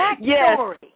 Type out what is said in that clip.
Yes